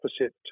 opposite